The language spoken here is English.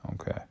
Okay